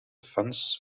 funds